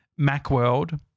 Macworld